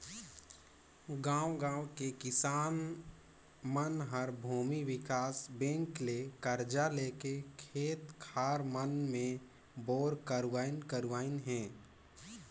गांव गांव के किसान मन हर भूमि विकास बेंक ले करजा लेके खेत खार मन मे बोर करवाइन करवाइन हें